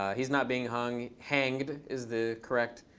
he's not being hung. hanged is the correct,